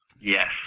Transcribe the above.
Yes